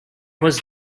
was